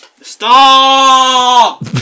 STOP